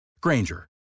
Granger